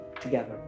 together